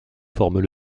forment